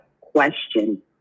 question